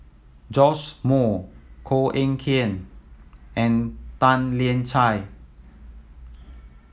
Joash Moo Koh Eng Kian and Tan Lian Chye